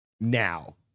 now